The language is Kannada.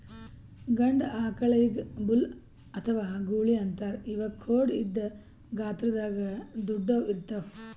ಗಂಡ ಆಕಳಿಗ್ ಬುಲ್ ಅಥವಾ ಗೂಳಿ ಅಂತಾರ್ ಇವಕ್ಕ್ ಖೋಡ್ ಇದ್ದ್ ಗಾತ್ರದಾಗ್ ದೊಡ್ಡುವ್ ಇರ್ತವ್